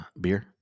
beer